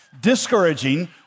Discouraging